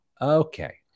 Okay